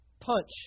Punch